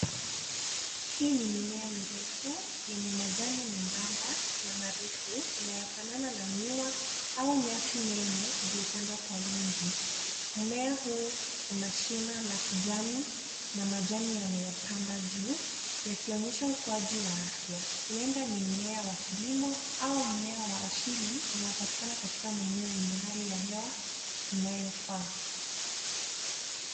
Hii ni mimea mirefu yenye majani membamba na marefu inayofanana na miwa au nyasi nene iliyopandwa kwa wingi. Mmea huu una shina la kijani na majani yanayopanda juu yakionyesha ukuaji wa afya. Huenda ni mmea wa kilimo au mmea wa asili unaopatikana katika maeneo yenye hali ya hewa inayofaa.